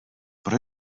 pro